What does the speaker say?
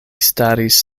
staris